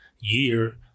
year